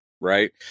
right